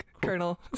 Colonel